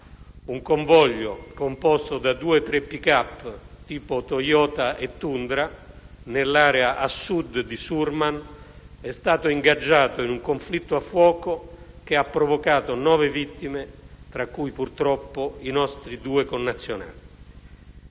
un convoglio composto da due o tre *pickup* (del tipo Toyota Tundra), nell'area a Sud di Sorman, è stato ingaggiato in un conflitto a fuoco che ha provocato nove vittime, tra cui purtroppo i nostri due connazionali,